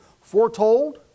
foretold